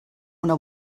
una